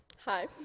Hi